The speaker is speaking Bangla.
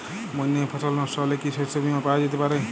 বন্যায় ফসল নস্ট হলে কি শস্য বীমা পাওয়া যেতে পারে?